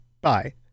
Bye